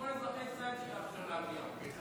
לכל אזרחי ישראל צריך לאפשר להגיע.